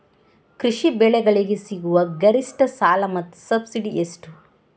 ಕೃಷಿ ಬೆಳೆಗಳಿಗೆ ಸಿಗುವ ಗರಿಷ್ಟ ಸಾಲ ಮತ್ತು ಸಬ್ಸಿಡಿ ಎಷ್ಟು?